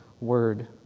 Word